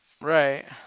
Right